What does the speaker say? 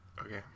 Okay